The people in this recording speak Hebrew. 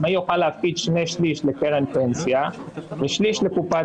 עצמאי יוכל להפקיד שני שליש לקרן פנסיה ושליש לקופת